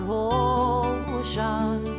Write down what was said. ocean